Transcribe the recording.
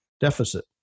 deficit